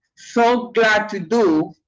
so glad to do,